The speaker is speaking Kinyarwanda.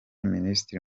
minister